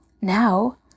Now